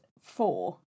four